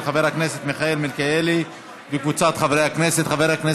של חבר הכנסת מיכאל מלכיאלי וקבוצת חברי הכנסת.